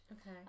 okay